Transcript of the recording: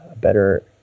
better